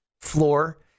floor